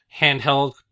handheld